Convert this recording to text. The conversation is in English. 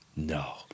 No